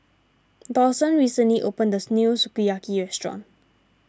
Dawson recently opened as new Sukiyaki restaurant